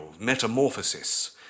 metamorphosis